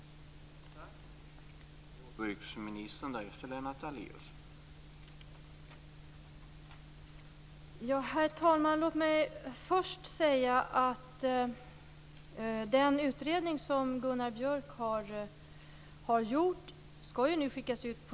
Kan det vara ett sätt att hantera detta?